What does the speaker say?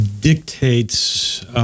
dictates